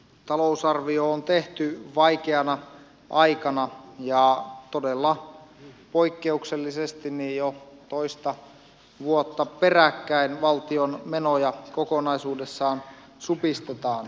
talousarvio on tehty vaikeana aikana ja todella poikkeuksellisesti jo toista vuotta peräkkäin valtion menoja kokonaisuudessaan supistetaan